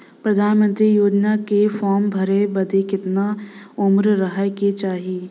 प्रधानमंत्री योजना के फॉर्म भरे बदे कितना उमर रहे के चाही?